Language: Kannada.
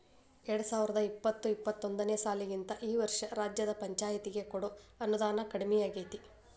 ಎರ್ಡ್ಸಾವರ್ದಾ ಇಪ್ಪತ್ತು ಇಪ್ಪತ್ತೊಂದನೇ ಸಾಲಿಗಿಂತಾ ಈ ವರ್ಷ ರಾಜ್ಯದ್ ಪಂಛಾಯ್ತಿಗೆ ಕೊಡೊ ಅನುದಾನಾ ಕಡ್ಮಿಯಾಗೆತಿ